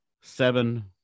seven